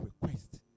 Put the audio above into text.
request